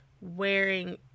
wearing